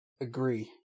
agree